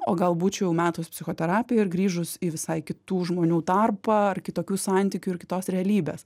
o gal būčiau metus psichoterapiją ir grįžus į visai kitų žmonių tarpą kitokių santykių ir kitos realybės